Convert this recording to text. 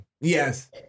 Yes